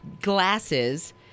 glasses